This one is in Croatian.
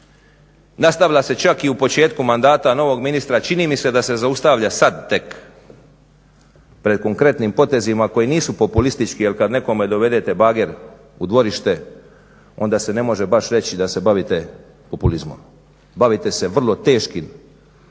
nastavila se čak i u početku mandata novog ministra, a čini mi se da se zaustavlja sada tek pred konkretnim potezima koji nisu populistički jel kada nekome dovedete bager u dvorište onda se ne može baš reći da se bavite populizmom. Bavite se vrlo teškim